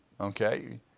Okay